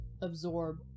absorb